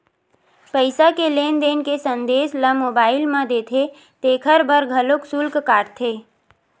पईसा के लेन देन के संदेस ल मोबईल म देथे तेखर बर घलोक सुल्क काटथे